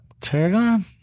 tarragon